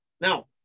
Now